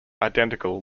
identical